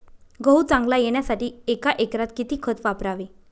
गहू चांगला येण्यासाठी एका एकरात किती खत वापरावे?